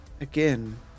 again